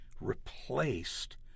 replaced